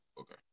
Okay